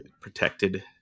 protected